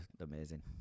amazing